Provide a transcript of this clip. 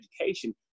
education